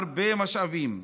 הרבה משאבים,